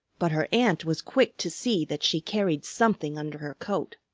but her aunt was quick to see that she carried something under her coat.